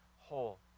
whole